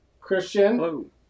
Christian